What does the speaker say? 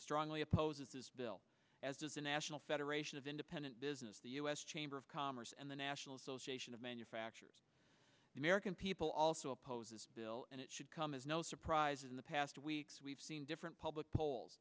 strongly opposes this bill as is the national federation of independent business the u s chamber of commerce and the national association of manufacturers american people also oppose this bill and it should come as no surprise in the past weeks we've seen different public polls